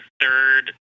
third